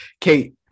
kate